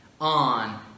on